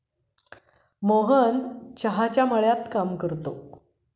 मोहन चहा कापणीचे काम करतो